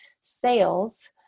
sales